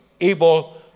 able